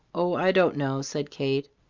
oh, i don't know, said kate.